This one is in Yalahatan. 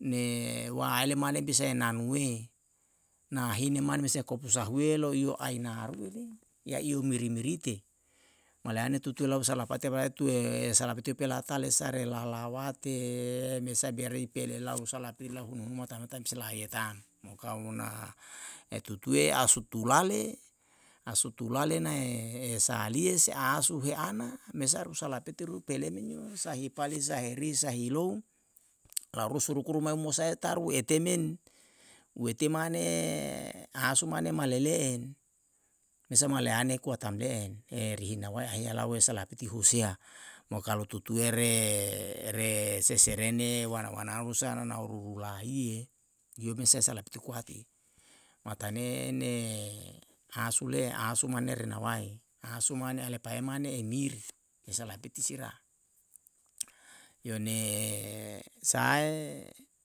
ne waele mane bisae nanue na hine mane bisa kopu sahue loiyo ainarue le yaiyo miri mirite malayene tutu lau salapate tue salapeti upela tale sare lelawate mesa biare ipele lau lusa lapi lau hunu numa tame tam si laie ta'm mo kalu na etutue ausu tulale asu tulale nae esalie se asu heana mesa rusa lapetiru pele menio. sahi pali sahe ri sahi lao, lau rusu rukuru mae mosae taru ete men, uete mane asu mane male le'en, mesa male ane kua tam le'en erihinia wae ahia lau wesa laha piti husea mo kalu tutuere seserene wana wanao rusa nanao ruru lahie lio mesa sae lapitu kuati, matane ne asu le asu mane renawae, asu mane alepae mane i miri esae lahepiti sira. yone sahae